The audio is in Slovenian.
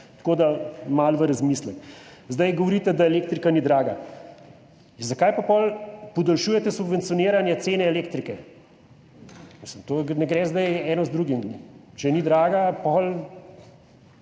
Tako da malo v razmislek. Govorite, da elektrika ni draga. Zakaj pa potem podaljšujete subvencioniranje cene elektrike? To ne gre zdaj eno z drugim. Če ni draga, zakaj